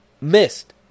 missed